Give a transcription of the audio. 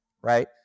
Right